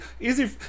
Easy